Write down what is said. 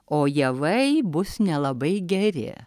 o javai bus nelabai geri